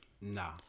Nah